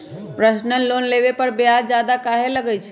Personal loan लेबे पर ब्याज ज्यादा काहे लागईत है?